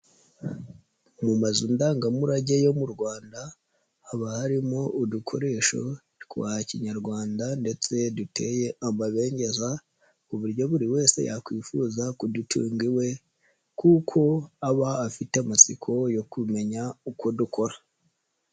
Mu mazu ndangamurage yo mu Rwanda haba harimo udukoresho twa kinyarwanda ndetse duteye amabengeza, ku buryo buri wese yakwifuza kudutunga iwe kuko aba afite amatsiko yo kumenya uko dukora.